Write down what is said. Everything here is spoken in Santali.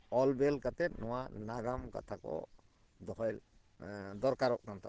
ᱚᱞ ᱵᱤᱞ ᱠᱟᱛᱮᱫ ᱱᱚᱣᱟ ᱱᱟᱜᱟᱢ ᱠᱟᱛᱷᱟ ᱠᱚ ᱫᱚᱦᱚᱭ ᱫᱚᱨᱠᱟᱨᱚᱜ ᱠᱟᱱ ᱛᱟᱵᱚᱱᱟ